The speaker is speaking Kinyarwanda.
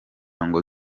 ngo